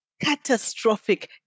catastrophic